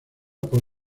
por